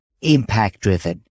impact-driven